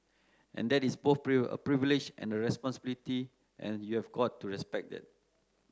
and that is both a privilege and a responsibility and you've got to respect that